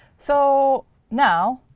so now,